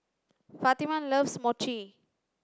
Fatima loves Mochi